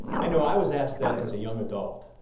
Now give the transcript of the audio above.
i know i was asked that as a young adult.